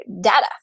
data